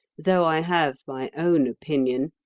though i have my own opinion.